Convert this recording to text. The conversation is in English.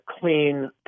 clean